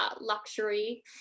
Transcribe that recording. luxury